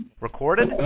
Recorded